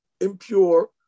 impure